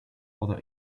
other